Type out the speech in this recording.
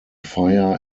fire